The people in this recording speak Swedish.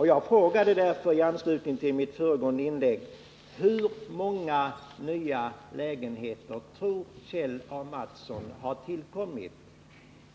I mitt föregående inlägg frågade jag därför: Hur många nya lägenheter tror Kjell Mattsson har tillkommit